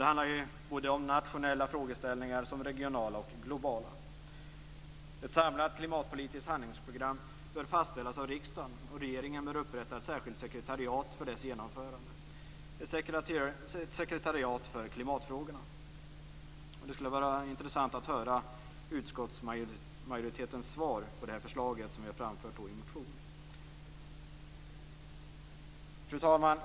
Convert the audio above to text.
Det handlar om såväl nationella frågeställningar som regionala och globala. Ett samlat klimatpolitiskt handlingsprogram bör fastställas av riksdagen. Regeringen bör upprätta ett särskilt sekretariat för dess genomförande - ett sekretariat för klimatfrågorna. Det skulle vara intressant att höra utskottsmajoritetens svar på det förslag som vi har framfört i en motion. Fru talman!